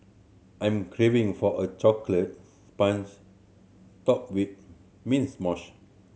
I'm craving for a chocolate sponge topped with mints mousse